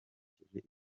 ikipe